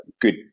good